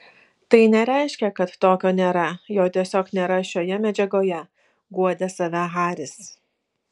tai nereiškia kad tokio nėra jo tiesiog nėra šioje medžiagoje guodė save haris